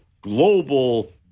global